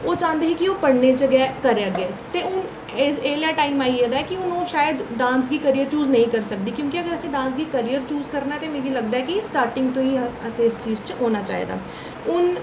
ओह् चांह्दे हे कि ओह् पढ़ने च गै करै अग्गै ते ओह् एल्लै टाइम आई गेदा ऐ कि हून ओह् शायद डांस गी कैरियर चूज नेईं करी सकदी क्योंकि अगर असें डांस गी कैरियर चूज करना ऐ ते मिगी लगदा ऐ कि स्टार्टिंग तू गै असें इस चीज च होना चाहिदा हून